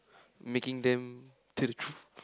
making them tell the truth